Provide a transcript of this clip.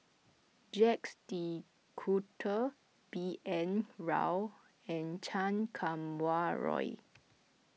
Jacques De Coutre B N Rao and Chan Kum Wah Roy